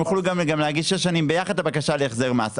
הם יוכלו להגיש שש שנים ביחד את הבקשה להחזר מס.